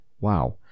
wow